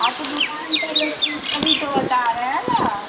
हाँ तो दुकान पर रखी हूँ तभी तो बता रहे हैं ना